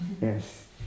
Yes